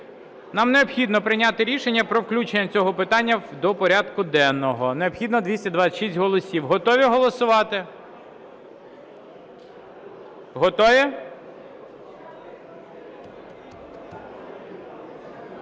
Нам необхідно прийняти рішення про включення цього питання до порядку денного. Необхідно 226 голосів. Готові голосувати? Готові?